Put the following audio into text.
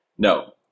No